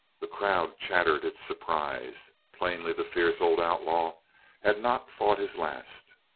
the crowd chattered its surprise. plainly the fierce old outlaw had not fought his last.